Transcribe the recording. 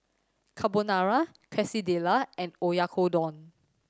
Carbonara Quesadilla and Oyakodon